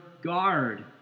guard